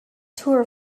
tour